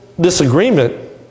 disagreement